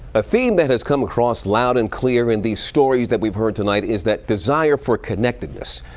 a theme that has come across loud and clear in these stories that we've heard tonight is that desire for connectedness,